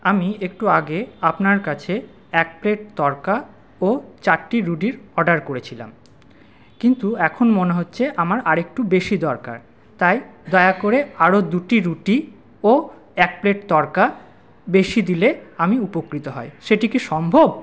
আমি একটু আগে আপনার কাছে এক প্লেট তরকা ও চারটি রুটির অর্ডার করেছিলাম কিন্তু এখন মনে হচ্ছে আমার আর একটু বেশী দরকার তাই দয়া করে আরও দুটি রুটি ও এক প্লেট তরকা বেশী দিলে আমি উপকৃত হয় সেটি কি সম্ভব